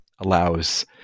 allows